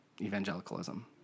evangelicalism